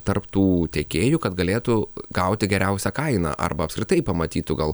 tarp tų tiekėjų kad galėtų gauti geriausią kainą arba apskritai pamatytų gal